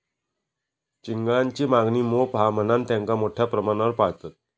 चिंगळांची मागणी मोप हा म्हणान तेंका मोठ्या प्रमाणावर पाळतत